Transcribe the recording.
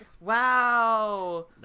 wow